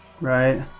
right